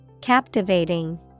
Captivating